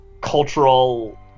cultural